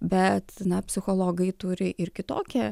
bet na psichologai turi ir kitokią